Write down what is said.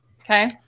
Okay